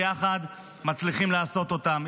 ביחד מצליחים לעשות אותם.